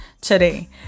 today